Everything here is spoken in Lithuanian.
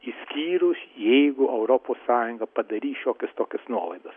išskyrus jeigu europos sąjunga padarys šiokias tokias nuolaidas